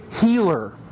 Healer